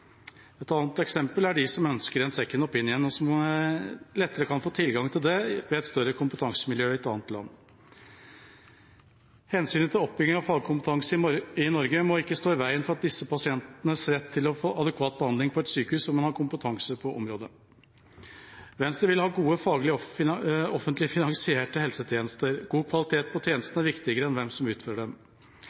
Et annet eksempel er de som ønsker en «second opinion», og som lettere kan få tilgang til det ved et større kompetansemiljø i et annet land. Hensynet til oppbygging av fagkompetanse i Norge må ikke stå i veien for disse pasientenes rett til å få adekvat behandling på et sykehus som har kompetanse på området. Venstre vil ha gode faglige offentlig finansierte helsetjenester, og god kvalitet på tjenestene er viktigere enn hvem som utfører